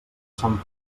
sant